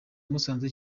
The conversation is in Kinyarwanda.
musanze